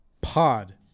Pod